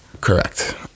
Correct